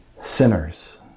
sinners